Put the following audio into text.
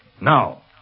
now